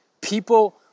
People